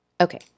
Okay